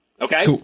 Okay